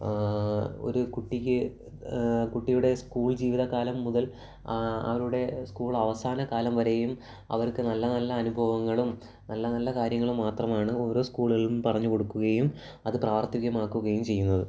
ഒരു കുട്ടിക്ക് കുട്ടിയുടെ സ്കൂൾ ജീവിത കാലം മുതൽ അവരുടെ സ്കൂൾ അവസാന കാലം വരെയും അവർക്ക് നല്ല നല്ല അനുഭവങ്ങളും നല്ല നല്ല കാര്യങ്ങളും മാത്രമാണ് ഓരോ സ്കൂളുകളിൽ നിന്നും പറഞ്ഞു കൊടുക്കുകയും അത് പ്രാവർത്തികമാക്കുകയും ചെയ്യുന്നത്